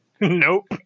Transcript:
Nope